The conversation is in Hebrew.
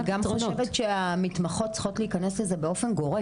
אני גם חושבת שהמתמחות צריכות להיכנס לזה באופן גורף,